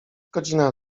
godzina